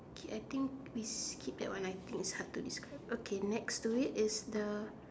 K I think we skip that one I think it's hard to describe okay next to it is the